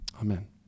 amen